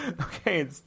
Okay